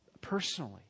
Personally